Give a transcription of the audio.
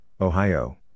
Ohio